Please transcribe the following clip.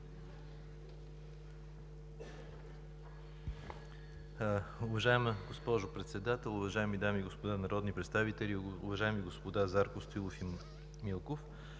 Уважаема госпожо Председател, уважаеми дами и господа народни представители! Уважаеми господин Райков, изграждането